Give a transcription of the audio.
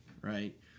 right